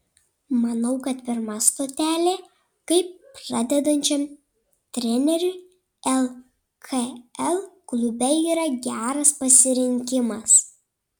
manau kad pirma stotelė kaip pradedančiam treneriui lkl klube yra geras pasirinkimas